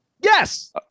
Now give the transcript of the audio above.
Yes